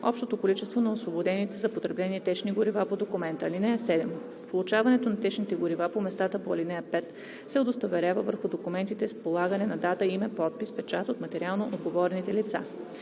общото количество на освободените за потребление течни горива по документа. (7) Получаването на течните горива на местата по ал. 5 се удостоверява върху документите с полагане на дата, име, подпис и печат от материално отговорните лица.